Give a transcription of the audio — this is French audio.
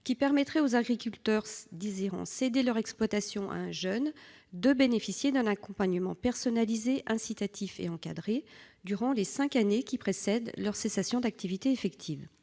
qui permettrait aux agriculteurs désirant céder leur exploitation à un jeune de bénéficier d'un accompagnement personnalisé, incitatif et encadré, durant les cinq années qui précèdent leur cessation d'activité effective.